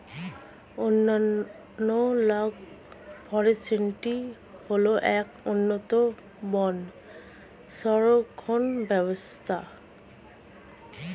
analogue forestry হল এক অন্যতম বন সংরক্ষণ ব্যবস্থা